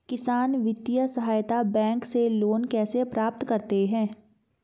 किसान वित्तीय सहायता बैंक से लोंन कैसे प्राप्त करते हैं?